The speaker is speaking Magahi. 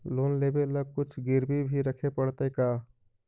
लोन लेबे ल कुछ गिरबी भी रखे पड़तै का?